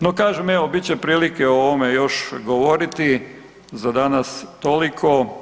No kažem evo bit će prilike o ovome još govoriti, za danas toliko.